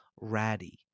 ratty